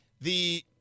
the-